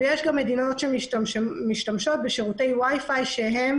יש גם מדינות שמשתמשות בשירותי ווי פי שהם